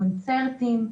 קונצרטים,